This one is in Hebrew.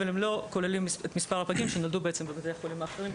אבל הם לא כוללים את מספר הפגים שנולדו בבתי החולים האחרים,